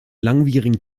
langwierigen